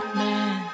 man